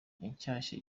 inshyashya